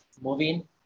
moving